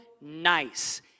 nice